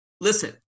Listen